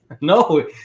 No